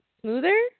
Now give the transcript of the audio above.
smoother